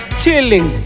chilling